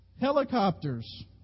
Helicopters